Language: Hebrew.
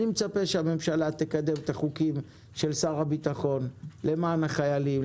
אני מצפה שהממשלה תקדם את החוקים של שר הביטחון למען החיילים,